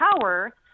power